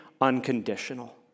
unconditional